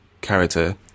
character